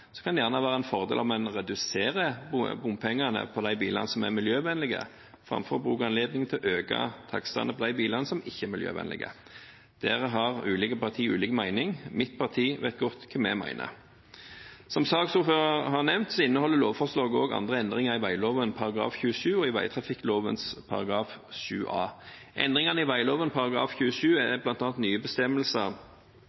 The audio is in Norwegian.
kan det være en fordel om en reduserer bompengene for de bilene som er miljøvennlige, framfor å bruke anledningen til å øke takstene for de bilene som ikke er miljøvennlige. Der har ulike partier ulike meninger. I mitt parti vet vi godt hva vi mener. Som saksordføreren nevnte, inneholder lovforslaget også andre endringer i vegloven § 27 og i vegtrafikkloven § 7 a. Endringene i vegloven § 27 er